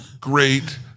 great